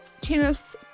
tennis